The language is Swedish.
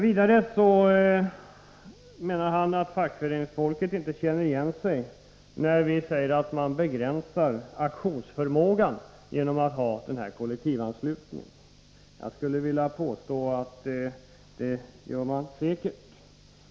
Vidare menar Kurt Ove Johansson att fackföreningsfolket inte känner igen sig när vi säger att man begränsar aktionsförmågan genom att ha kollektivanslutningen. Jag skulle vilja påstå att det gör man säkert.